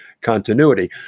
continuity